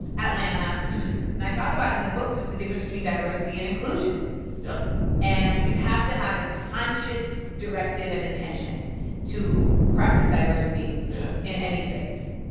atlanta and i talk about in the book just the difference between diversity and inclusion yep and you have to have a conscious directive and intention to practice diversity. yeah. in any space